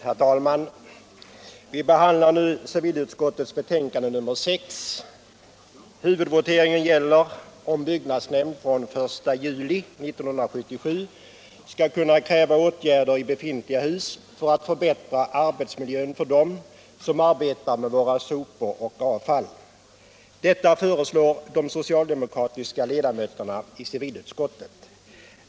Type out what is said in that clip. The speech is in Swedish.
Herr talman! Vi behandlar nu civilutskottets betänkande nr 6. Huvudvoteringen gäller om byggnadsnämnd från den 1 juli 1977 skall kunna kräva åtgärder i befintliga hus för att förbättra arbetsmiljön för dem som arbetar med våra sopor och vårt avfall. Detta föreslår de socialdemokratiska ledamöterna i utskottet.